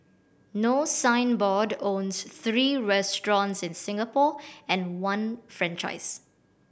no signboard owns three restaurants in Singapore and one franchisee